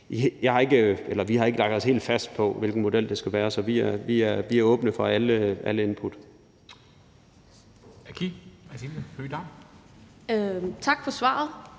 Vi har ikke lagt os helt fast på, hvilken model det skal være, så vi er åbne for alle input.